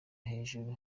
hejuru